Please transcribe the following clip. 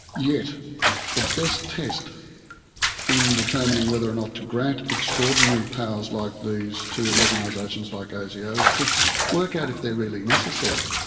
yet the best test in determining whether or not to grant extraordinary powers like these to organisations like asio is to work out if they're really necessary.